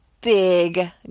big